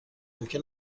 ممکن